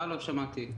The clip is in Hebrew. החלטות קונקרטיות.